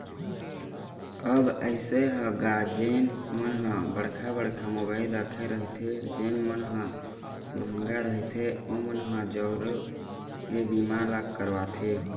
अब अइसे हे गा जेन मन ह बड़का बड़का मोबाइल रखे रहिथे जेन मन ह मंहगा रहिथे ओमन ह जरुर ये बीमा ल करवाथे